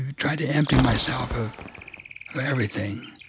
try to empty myself of everything.